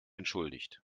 entschuldigt